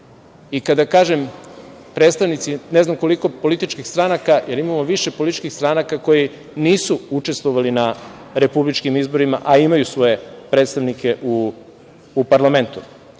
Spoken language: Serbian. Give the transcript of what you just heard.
I kada kažem – predstavnici ne znam koliko političkih stranka, jer imamo više političkih stranaka koje nisu učestvovale na republičkim izborima, a imaju svoje predstavnike u parlamentu. Neposredno